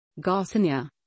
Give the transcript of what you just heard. Garcinia